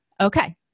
Okay